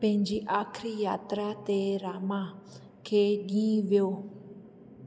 पंहिंजी आख़िरी यात्रा ते रामा खे ॻीह वियो